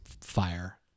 fire